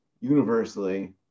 universally